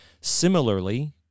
Similarly